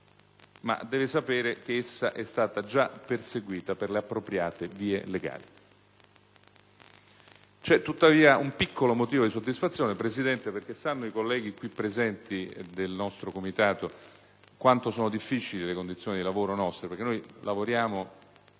deve sapere che essa è stata già perseguita con le appropriate vie legali. C'è tuttavia un piccolo motivo di soddisfazione, Presidente, perché i colleghi qui presenti del nostro Comitato sanno quanto siano difficili le nostre condizioni di lavoro: noi lavoriamo